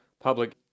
Public